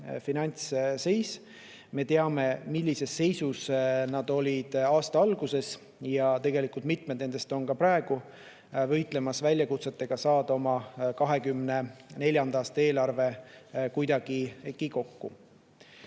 finantsseis. Me teame, millises seisus nad olid aasta alguses. Tegelikult mitmed nendest on ka praegu võitlemas väljakutsega, et saada oma 2024. aasta eelarve kuidagi kokku.